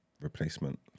Replacement